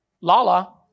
Lala